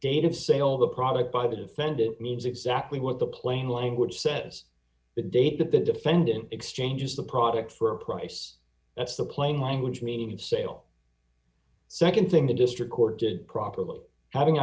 of sale of the product by the defendant means exactly what the plain language says the date that the defendant exchanges the product for a price that's the plain language meaning of sale nd thing the district court did properly having